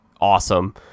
awesome